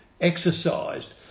exercised